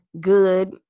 Good